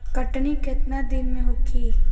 कटनी केतना दिन में होखे?